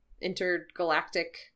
intergalactic